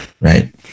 right